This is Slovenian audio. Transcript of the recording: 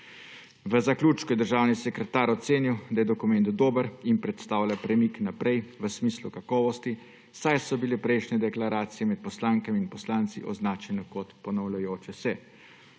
V zaključku je državni sekretar ocenil, da je dokument dober in predstavlja premik naprej v smislu kakovosti, saj so bile prejšnje deklaracije med poslankami in poslanci označene kot ponavljajoče se.